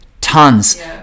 tons